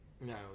No